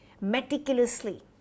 meticulously